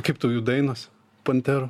kaip tau jų dainos panterų